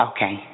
Okay